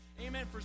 Amen